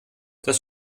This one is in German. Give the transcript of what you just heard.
das